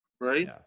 Right